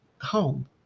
home